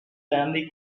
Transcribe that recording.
family